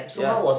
ya